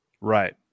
Right